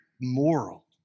moral